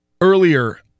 earlier